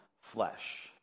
flesh